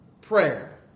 prayer